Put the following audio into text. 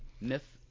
Myth